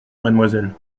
mademoiselle